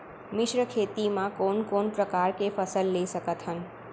मिश्र खेती मा कोन कोन प्रकार के फसल ले सकत हन?